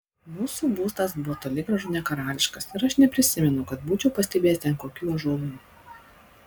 mūsų būstas buvo toli gražu ne karališkas ir aš neprisimenu kad būčiau pastebėjęs ten kokių ąžuolų